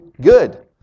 good